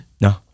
No